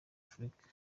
afurika